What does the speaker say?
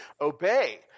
obey